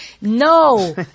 no